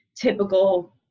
typical